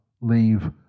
leave